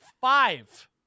five